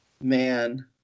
Man